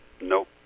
nope